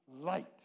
light